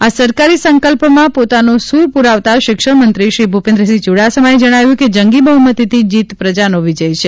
આ સરકારી સંકલ્પમાં પોતાનો સુર પુરાવતા શિક્ષણ મંત્રીશ્રી ભૂપેન્દ્રસિંહ ચુડાસમાએ જણાવ્યું કે જંગી બહુમતીથી જીત પ્રજાનો વિજય છે